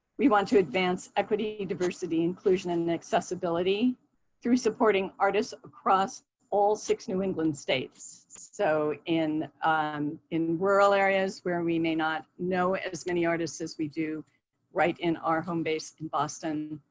we want to advance equity, diversity, inclusion, and accessibility through supporting artists across all six new england states. so in um in rural areas where we may not know as many artists as we do right in our home base in boston,